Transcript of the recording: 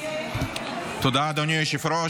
תודה, אדוני היושב-ראש.